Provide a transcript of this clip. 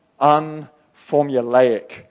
unformulaic